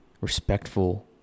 respectful